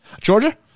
Georgia